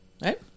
Right